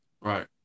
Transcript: Right